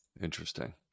Interesting